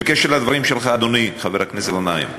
בקשר לדברים שלך, אדוני, חבר הכנסת גנאים,